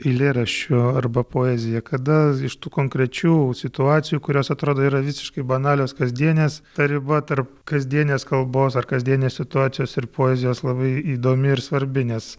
eilėraščiu arba poezija kada iš tų konkrečių situacijų kurios atrodo yra visiškai banalios kasdienės ta riba tarp kasdienės kalbos ar kasdienės situacijos ir poezijos labai įdomi ir svarbi nes